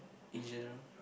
in general